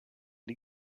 die